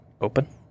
open